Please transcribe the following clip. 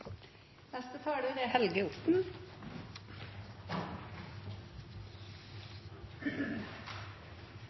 Neste talar er